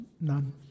none